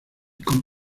con